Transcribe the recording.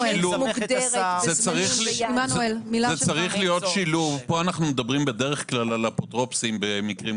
היום מינהל מוגבלויות יתקן אותי אם אני לא מדייקת - השירותים שמקבל